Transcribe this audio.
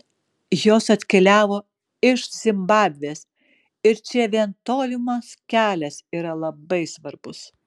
jos atkeliavo iš zimbabvės ir čia vien tolimas kelias yra labai svarbus